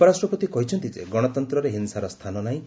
ଉପରାଷ୍ଟ୍ରପତି କହିଛନ୍ତି ଯେ ଗଣତନ୍ତରେ ହିଂସାର ସ୍ଥାନ ନାହିଁ